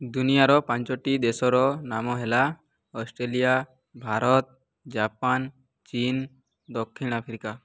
ଦୁନିଆର ପାଞ୍ଚୋଟି ଦେଶର ନାମ ହେଲା ଅଷ୍ଟ୍ରେଲିଆ ଭାରତ ଜାପାନ ଚୀନ୍ ଦକ୍ଷିଣ ଆଫ୍ରିକା